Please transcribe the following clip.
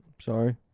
Sorry